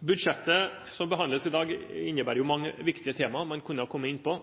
Budsjettet som behandles i dag, omhandler mange viktige temaer man kunne ha kommet inn på,